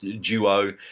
duo